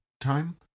time